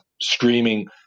screaming